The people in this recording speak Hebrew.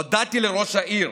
הודעתי לראש העיר